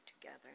together